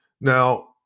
Now